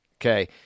Okay